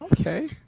okay